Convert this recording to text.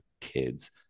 kids